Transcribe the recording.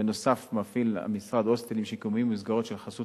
נוסף על כך המשרד מפעיל הוסטלים שיקומיים ומסגרות של חסות